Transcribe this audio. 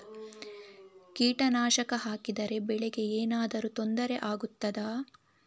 ಕೀಟನಾಶಕ ಹಾಕಿದರೆ ಬೆಳೆಗೆ ಏನಾದರೂ ತೊಂದರೆ ಆಗುತ್ತದಾ?